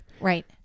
Right